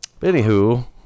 Anywho